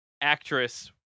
actress